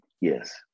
Yes